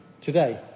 today